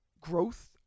Growth